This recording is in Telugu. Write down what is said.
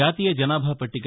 జాతీయ జనాభా పట్లిక